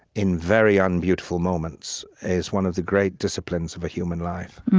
in very unbeautiful moments, is one of the great disciplines of a human life.